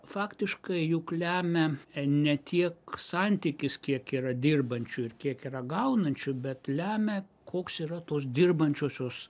faktiškai juk lemia ne tiek santykis kiek yra dirbančių ir kiek yra gaunančių bet lemia koks yra tos dirbančiosios